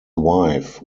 wife